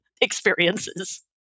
experiences